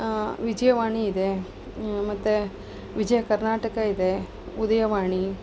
ವಿಜಯವಾಣಿ ಇದೆ ಮತ್ತೆ ವಿಜಯ ಕರ್ನಾಟಕ ಇದೆ ಉದಯವಾಣಿ